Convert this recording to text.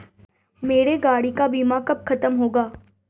मेरे गाड़ी का बीमा कब खत्म होगा?